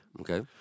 Okay